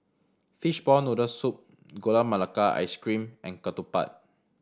fishball noodle soup Gula Melaka Ice Cream and ketupat